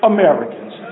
Americans